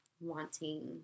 wanting